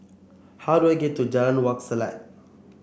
how do I get to Jalan Wak Selat